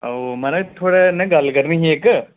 ओ महाराज थुआढ़े कन्नै गल्ल करनी ही इक